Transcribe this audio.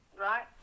right